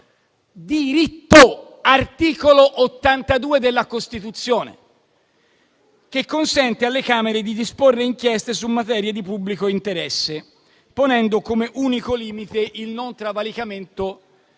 diritto, l'articolo 82 della Costituzione, che consente alle Camere di disporre inchieste su materie di pubblico interesse, ponendo come unico limite non travalicare